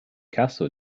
caso